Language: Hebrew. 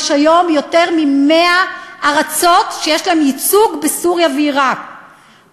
יש היום יותר מ-100 ארצות שיש להן ייצוג בסוריה ועיראק,